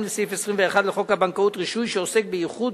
לסעיף 21 לחוק הבנקאות (רישוי) שעוסק בייחוד